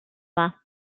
war